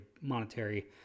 monetary